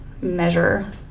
measure